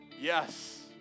Yes